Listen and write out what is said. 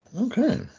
okay